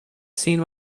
seen